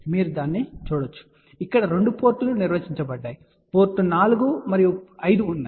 మరియు మీరు దానిని చూడవచ్చు ఇక్కడ 2 పోర్టులు నిర్వచించబడ్డాయి పోర్ట్ 4 మరియు 5 ఉన్నాయి